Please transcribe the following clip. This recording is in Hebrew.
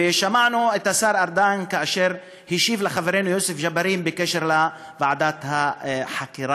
ושמענו את השר ארדן כאשר השיב לחברנו יוסף ג'בארין בקשר לוועדת החקירה.